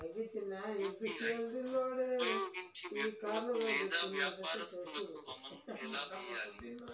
UPI ఉపయోగించి వ్యక్తులకు లేదా వ్యాపారస్తులకు అమౌంట్ ఎలా వెయ్యాలి